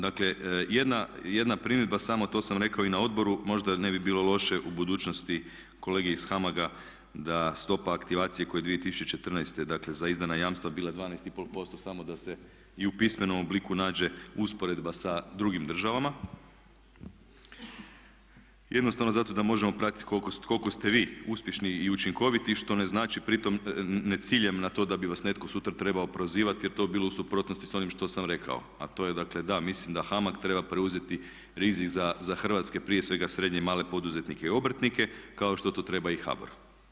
Dakle, jedna primjedba, to sam rekao i na odboru možda ne bi bilo loše u budućnosti kolege iz HAMAG-a da stopa aktivacije koja je 2014.dakle za izdana jamstva bila 12,5% samo da se i u pismenom obliku nađe usporedba sa drugim državama jednostavno zato da možemo pratiti koliko ste vi uspješni i učinkoviti što ne znači pritom, ne ciljam na to da bi vas netko sutra treba prozivati jer to bi bilo u suprotnosti s onim što sam rekao, a to je dakle da mislim da HAMAG-a treba preuzeti rizik za hrvatske prije svega srednje i male poduzetnike i obrtnike kao što to treba i HBOR.